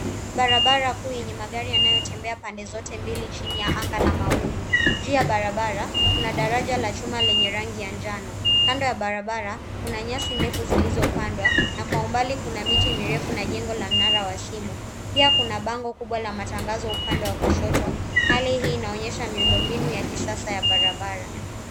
Barabara kuu yenye magari yanayotembea pande zote mbili chini ya anga la mawingu. Juu ya barabara, kuna daraja la chuma la rangi ya njano. Kando ya barabara, kuna nyasi ndefu zilizopandwa na kwa umbali kuna miti mirefu na jengo la mnara wa simu. Pia kuna bango kubwa la matangazo upande wa kushoto. Hali hii inaonyesha miundombinu ya kisasa ya barabara.